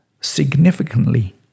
significantly